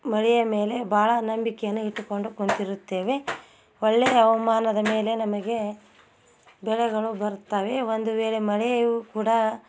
ಮಳೆಯ ಮೇಲೆ ಭಾಳ ನಂಬಿಕೆಯನ್ನು ಇಟ್ಟುಕೊಂಡು ಕುಂತಿರುತ್ತೇವೆ ಒಳ್ಳೆಯ ಹವಾಮಾನದ ಮೇಲೆ ನಮಗೆ ಬೆಳೆಗಳು ಬರುತ್ತವೆ ಒಂದು ವೇಳೆ ಮಳೆಯೂ ಕೂಡ